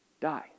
die